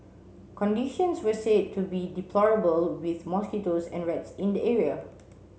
conditions were said to be deplorable with mosquitoes and rats in the area